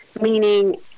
meaning